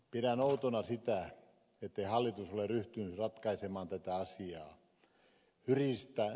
pidän outona sitä ettei hallitus ole ryhtynyt ratkaisemaan tätä asiaa